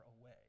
away